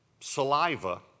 Saliva